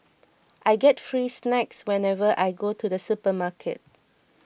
I get free snacks whenever I go to the supermarket